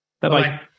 Bye-bye